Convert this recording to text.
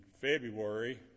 February